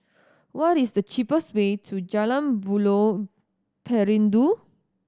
what is the cheapest way to Jalan Buloh Perindu